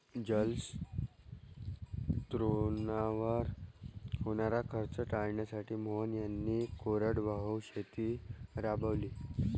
जलस्रोतांवर होणारा खर्च टाळण्यासाठी मोहन यांनी कोरडवाहू शेती राबवली